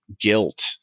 guilt